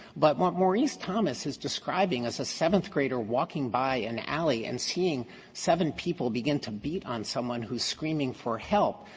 but what maurice thomas is describing as a seventh grader walking by an alley and seeing seven people begin to beat on someone who's screaming for help,